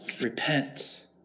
Repent